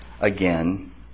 again